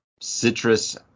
citrus